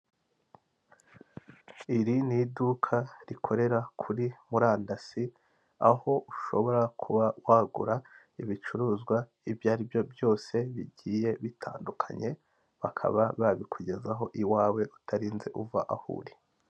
Iri ni iduka rikorera kuri murandasi, aho ushobora kuba wagura ibicuruzwa ibyo aribyo byose bigiye bitandukanye, bakaba babikugezaho iwawe utarinze uva aho uri.